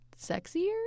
sexier